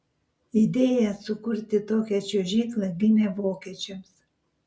idėja sukurti tokią čiuožyklą gimė vokiečiams